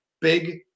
Big